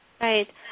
Right